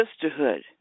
sisterhood